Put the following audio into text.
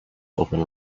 open